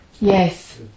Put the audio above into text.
Yes